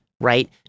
right